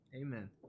Amen